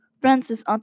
Francis